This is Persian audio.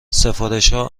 سفارشها